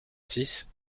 six